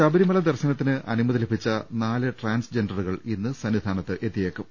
ശബരിമല ദർശനത്തിന് അനുമതി ലഭിച്ച നാല് ട്രാൻസ്ജെൻഡ റുകൾ ഇന്ന് സന്നിധാനത്തെത്തിയേക്കും